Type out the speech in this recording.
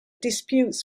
disputes